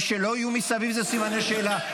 ושלא יהיו מסביב לזה סימני שאלה.